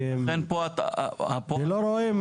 כי לא רואים